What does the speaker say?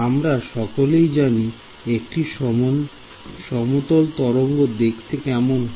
আমরা সকলেই জানি একটি সমতল তরঙ্গ দেখতে কেমন হয়